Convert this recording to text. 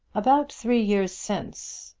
about three years since.